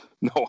No